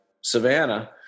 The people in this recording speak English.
Savannah